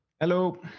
Hello